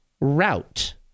route